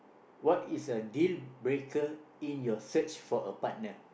what is a deal breaker in your search for a partner